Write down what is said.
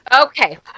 Okay